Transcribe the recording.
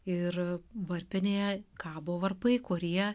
ir varpinėje kabo varpai kurie